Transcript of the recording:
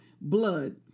blood